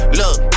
look